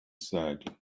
said